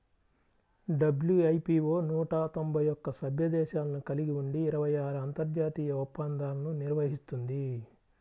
WIPO నూట తొంభై ఒక్క సభ్య దేశాలను కలిగి ఉండి ఇరవై ఆరు అంతర్జాతీయ ఒప్పందాలను నిర్వహిస్తుంది